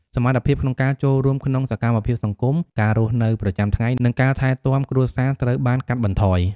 សមត្ថភាពក្នុងការចូលរួមក្នុងសកម្មភាពសង្គម ការរស់នៅប្រចាំថ្ងៃ និងការថែទាំគ្រួសារត្រូវបានកាត់បន្ថយ។